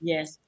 Yes